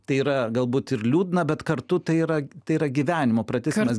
tai yra galbūt ir liūdna bet kartu tai yra tai yra gyvenimo pratęsimas